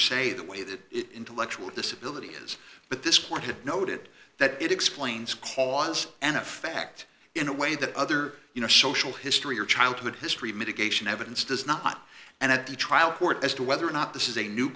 say the way the intellectual disability but this point is noted that it explains cause and effect in a way that other you know social history or childhood history mitigation evidence does not and at the trial court as to whether or not this is a new